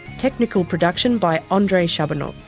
technical production by andrei shabunov,